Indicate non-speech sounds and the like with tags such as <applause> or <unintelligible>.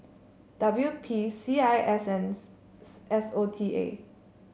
W P C I S and <unintelligible> S O T A